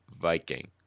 Viking